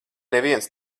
neviens